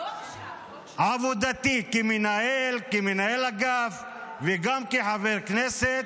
עבודתי כמנהל, כמנהל אגף וגם כחבר כנסת,